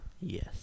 yes